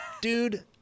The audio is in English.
Dude